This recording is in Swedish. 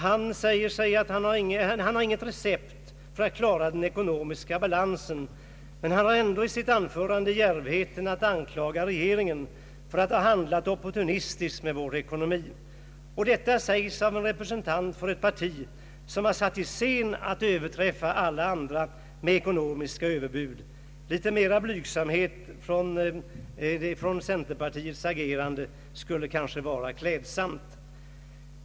Han har inget recept för att klara den ekonomiska balansen, men han har ändå i sitt anförande djärvheten att anklaga regeringen för att ha handlat opportunistiskt med vår ekonomi. Och detta sägs av en representant för ett parti som har satt i scen att överträffa alla andra med ekonomiska överbud. Litet mera blygsamhet i centerpartiets agerande skulle kanske vara klädsamt.